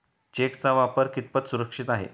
चेकचा वापर कितपत सुरक्षित आहे?